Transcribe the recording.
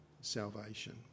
salvation